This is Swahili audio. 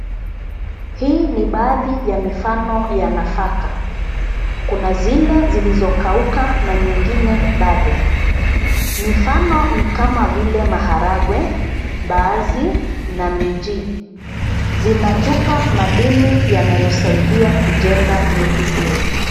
Hii ni baadhi ya mifano ya nafaka. Kuna zile zilizokauka na nyingine bado. Mifano ni kama vile maharagwe, mbaazi na minji. Zinatupa madini yanayosaidia kujenga mili yetu.